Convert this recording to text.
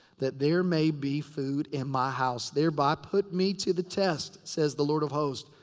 that there may be food in my house. thereby put me to the test, says the lord of hosts,